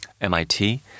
MIT